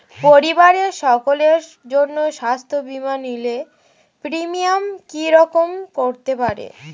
পরিবারের সকলের জন্য স্বাস্থ্য বীমা নিলে প্রিমিয়াম কি রকম করতে পারে?